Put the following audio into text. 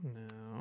no